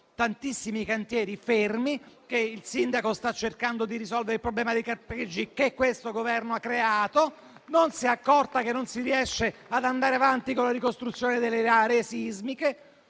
tantissimi cantieri fermi, che il sindaco sta cercando di risolvere problemi che questo Governo ha creato, non si è accorta che non si riesce ad andare avanti con la ricostruzione delle aree sismiche.